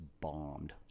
bombed